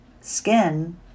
Skin